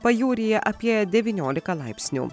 pajūryje apie devyniolika laipsnių